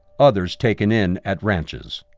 others taken in at ranches.